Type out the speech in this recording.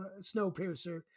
Snowpiercer